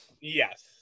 yes